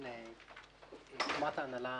קומת ההנהלה